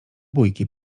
bójki